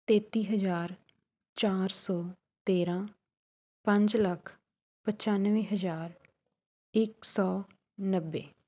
ਤੇਤੀ ਹਜ਼ਾਰ ਚਾਰ ਸੌ ਤੇਰ੍ਹਾਂ ਪੰਜ ਲੱਖ ਪਚਾਨਵੇਂ ਹਜ਼ਾਰ ਇੱਕ ਸੌ ਨੱਬੇ